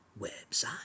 website